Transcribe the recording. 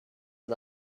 and